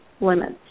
limits